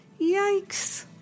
Yikes